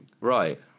right